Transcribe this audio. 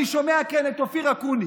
אני שומע את אופיר אקוניס,